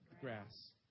grass